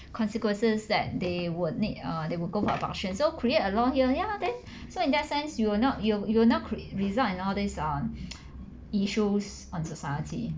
consequences that they would need err they will go for adoption so create a law here ya lah then so in that sense you will not you you will not cre~ result in all these um issues on society